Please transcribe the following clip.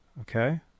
Okay